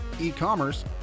e-commerce